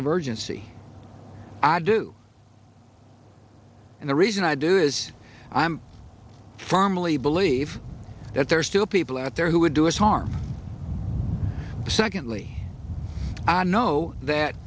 of urgency i do and the reason i do is i'm firmly believe that there are still people out there who would do us harm secondly i know